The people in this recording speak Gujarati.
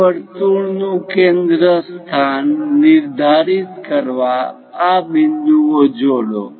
તે વર્તુળનું કેન્દ્ર સ્થાન નિર્ધારિત કરવા આ બિંદુઓ જોડો